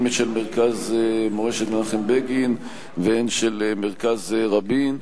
של מרכז מורשת מנחם בגין והן של מרכז רבין,